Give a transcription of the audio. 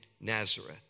Nazareth